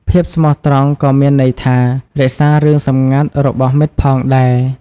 ភាពស្មោះត្រង់ក៏មានន័យថា រក្សារឿងសម្ងាត់របស់មិត្តផងដែរ។